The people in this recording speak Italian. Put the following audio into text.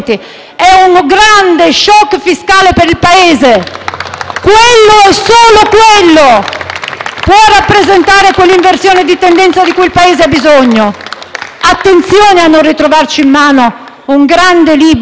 Quello e solo quello può rappresentare quell'inversione di tendenza di cui il Paese ha bisogno. Attenzione a non trovarci in mano un grande libro dei sogni perduti: gli italiani non ce lo perdonerebbero.